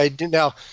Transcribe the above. Now